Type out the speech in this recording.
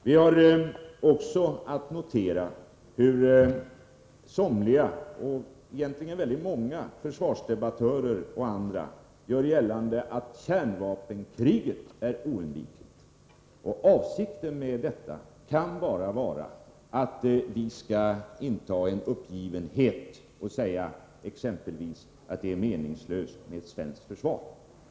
Vi kan också notera hur somliga — och egentligen väldigt många — försvarsdebattörer och andra gör gällande att ett kärnvapenkrig är oundvikligt. Avsikten med detta kan bara vara att vi skall förledas inta en uppgiven hållning och tro att det är meningslöst med ett svenskt försvar.